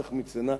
אל תחמיצנה,